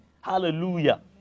Hallelujah